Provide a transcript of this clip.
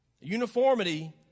Uniformity